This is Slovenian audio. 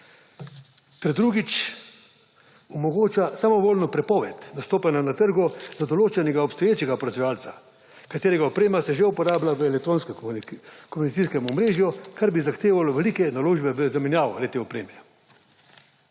drugič, omogoča samovoljno prepoved nastopanja na trgu za določenega obstoječega proizvajalca, katerega oprema se že uporablja v elektronskem komunikacijskem omrežju, kar bi zahtevalo velike naložbe v zamenjavo le-te opreme.